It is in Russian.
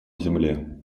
земле